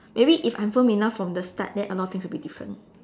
maybe if I'm firm enough from the start then a lot of things will be different